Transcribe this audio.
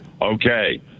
Okay